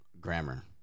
grammar